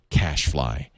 cashfly